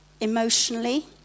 emotionally